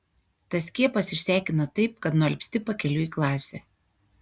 tas skiepas išsekina taip kad nualpsti pakeliui į klasę